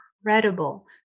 incredible